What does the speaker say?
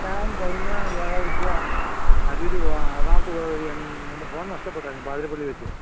ഞാൻ കഴിഞ്ഞ വ്യാഴാഴ്ച്ച അരൂർ പോവാൻ എറണാകുളത്ത് പോയ വഴി ഞാൻ എൻ്റെ ഫോൺ നഷ്ടപ്പെട്ടായിരുന്നു പാതിരപ്പള്ളി വെച്ച്